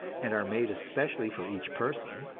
and are made especially for each person.